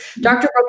Dr